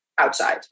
outside